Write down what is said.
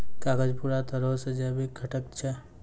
कागज पूरा तरहो से जैविक घटक छै